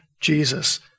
Jesus